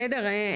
בסדר?